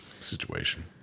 Situation